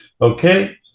okay